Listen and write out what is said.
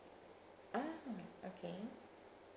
ah okay